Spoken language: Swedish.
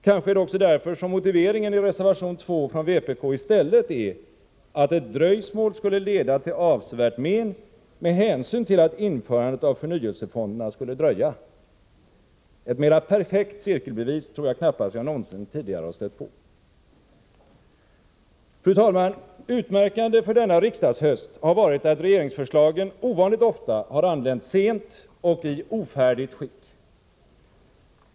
Kanske är det därför som motiveringen i reservation 2 från vpk i stället är att ett dröjsmål skulle leda till avsevärt men med hänsyn till att införandet av förnyelsefonderna skulle dröja. Ett mera perfekt cirkelbevis tror jag knappast jag någonsin tidigare har stött på! Fru talman! Utmärkande för denna riksdagshöst har varit att regeringsförslagen ovanligt ofta har anlänt sent och i ofärdigt skick.